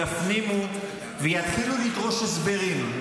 יפנימו ויתחילו לדרוש הסברים.